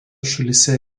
šalyse